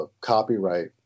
copyright